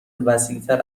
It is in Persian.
وسیعتر